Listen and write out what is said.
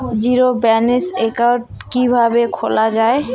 Zero balance account কিভাবে খোলা হয়?